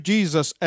Jesus